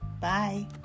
bye